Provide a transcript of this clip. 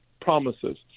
promises